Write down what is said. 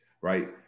right